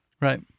Right